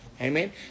Amen